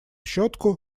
щетку